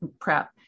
PrEP